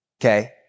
Okay